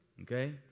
Okay